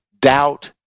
Doubt